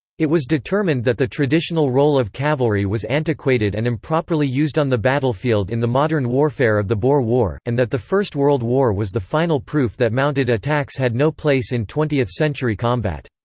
it was determined that the traditional role of cavalry was antiquated and improperly used on the battlefield in the modern warfare of the boer war, and that the first world war was the final proof that mounted attacks had no place in twentieth century combat.